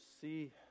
see